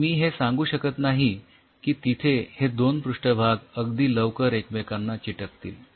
पण मी हे सांगू शकत नाही की तिथे हे दोन पृष्ठभाग अगदी लवकर एकमेकांना चिकटतील